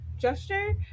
Gesture